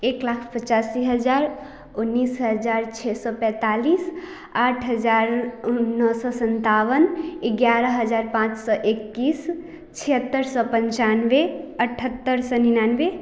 एक लाख पचासी हज़ार उन्नीस हज़ार छः सौ पैंतालीस आठ हज़ार नौ सौ सत्तावन ग्यारह हज़ार पाँच सौ इक्कीस छिहत्तर सौ पंचानबे अठहत्तर सौ निनानबे